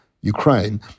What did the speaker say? Ukraine—